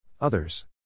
Others